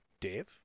Dave